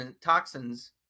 toxins